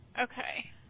Okay